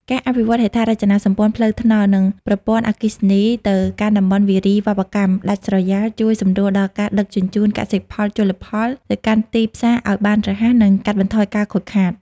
ការអភិវឌ្ឍហេដ្ឋារចនាសម្ព័ន្ធផ្លូវថ្នល់ និងប្រព័ន្ធអគ្គិសនីទៅកាន់តំបន់វារីវប្បកម្មដាច់ស្រយាល ជួយសម្រួលដល់ការដឹកជញ្ជូនកសិផលជលផលទៅកាន់ទីផ្សារឱ្យបានរហ័ស និងកាត់បន្ថយការខូចខាត។